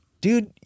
Dude